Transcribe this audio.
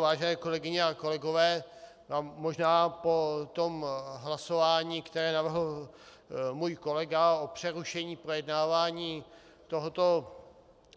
Vážené kolegyně a kolegové, možná po tom hlasování, které navrhl můj kolega, o přerušení projednávání tohoto